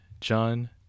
John